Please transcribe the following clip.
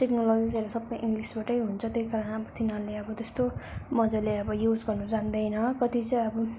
टेक्नोलोजिसहरू सबै इङ्ग्लिसबाटै हुन्छ त्यही कारण अब तिनीहरूले अब त्यस्तो मज्जाले अब युज गर्न जान्दैन कति चाहिँ अब